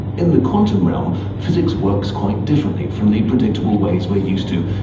in the quantum realm, physics works quite differently from the predictable ways we're used to,